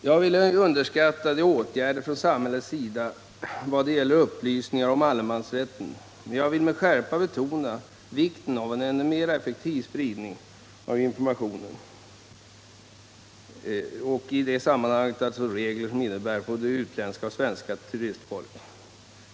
Jag vill ej underskatta de åtgärder som vidtas från samhällets sida i vad gäller upplysningar om allemansrätten, men jag vill med skärpa betona vikten av en ännu mer effektiv spridning av information om vad reglerna innebär för både utländskt och svenskt fritidsfolk.